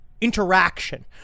interaction